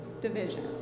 division